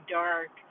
dark